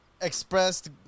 expressed